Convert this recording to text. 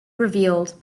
revealed